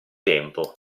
tempo